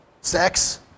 sex